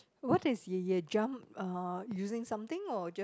what is y~ jump uh using something or just